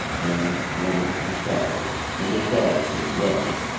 man, woman and child, and their dogs as well,